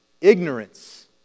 ignorance